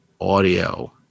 audio